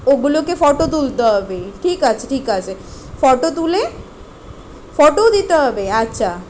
ওগুলোকে ফটো তুলতে হবে ঠিক আছে ঠিক আছে ফটো তুলে ফটোও দিতে হবে আচ্ছা